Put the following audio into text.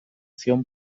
zion